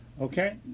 Okay